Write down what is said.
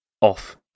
off